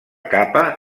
capa